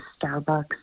Starbucks